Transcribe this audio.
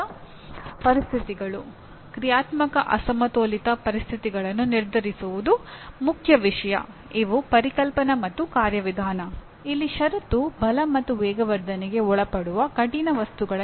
ಆದರೆ ನೀವು ಅನೇಕ ಕಂಪನಿಗಳನ್ನು ಕೇಳಿದರೆ ಯೋಜನೆಯನ್ನು ದಾಖಲಿಸುವ ಮತ್ತು ಪರಿಣಾಮಕಾರಿಯಾಗಿ ಸಂವಹನ ಮಾಡುವ ಈ ಸಾಮರ್ಥ್ಯವನ್ನು ಅವರು ಬಹಳ ಮುಖ್ಯವಾಗಿ ಪರಿಗಣಿಸುತ್ತಾರೆ